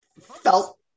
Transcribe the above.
felt